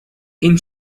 این